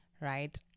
right